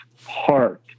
heart